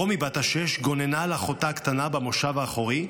רומי בת השש גוננה על אחותה הקטנה במושב האחורי,